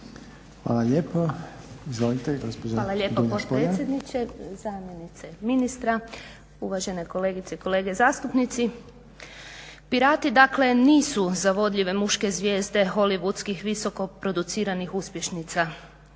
Hvala lijepo. Izvolite gospođo Špoljar. **Špoljar, Dunja (SDP)** Hvala lijepa potpredsjedniče, zamjenice ministra, uvažene kolegice i kolege zastupnici. Pirati dakle nisu zavodljive muške zvijezde holivudskih visoko produciranih uspješnica.